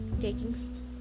taking